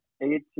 eight